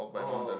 oh oh oh